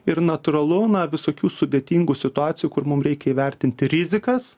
ir natūralu na visokių sudėtingų situacijų kur mum reikia įvertinti rizikas